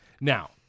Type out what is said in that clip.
Now